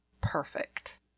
perfect